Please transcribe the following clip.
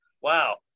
wow